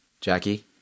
Jackie